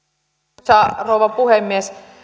arvoisa rouva puhemies